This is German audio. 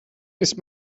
ist